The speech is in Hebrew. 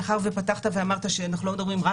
מאחר שפתחת ואמרת שאנחנו לא מדברים רק